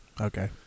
Okay